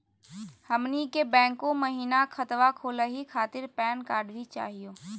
हमनी के बैंको महिना खतवा खोलही खातीर पैन कार्ड भी चाहियो?